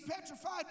petrified